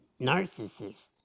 narcissist